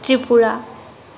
Tripura